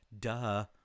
Duh